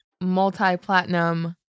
multi-platinum